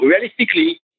Realistically